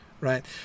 right